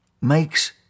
makes